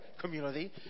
community